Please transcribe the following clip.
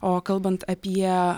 o kalbant apie